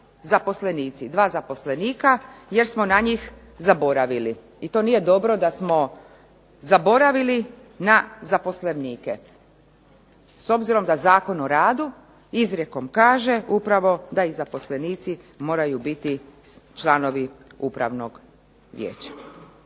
zaposlenici, dva zaposlenika, jer smo na njih zaboravili. I to nije dobro da smo zaboravili na zaposlenike, s obzirom da Zakon o radu izrijekom kaže upravo da i zaposlenici moraju biti članovi upravnog vijeća.